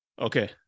Okay